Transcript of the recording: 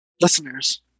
Listeners